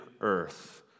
earth